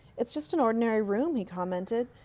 it's just an ordinary room, he commented.